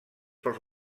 pels